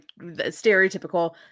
stereotypical